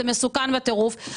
זה מסוכן בטירוף.